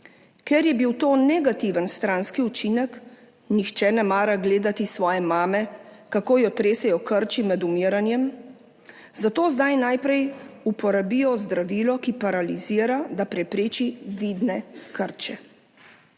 Ker je bil to negativen stranski učinek, nihče ne mara gledati svoje mame, kako jo tresejo krči med umiranjem, zato zdaj najprej uporabijo zdravilo, ki paralizira, da prepreči vidne krče.